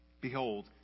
Behold